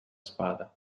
spada